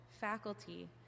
faculty